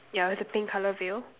yeah with the pink color veil